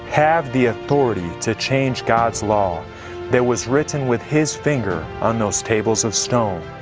have the authority to change god's law that was written with his finger on those tables of stone.